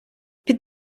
під